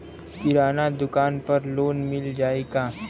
किराना दुकान पर लोन मिल जाई का?